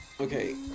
Okay